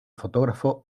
fotógrafo